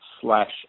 slash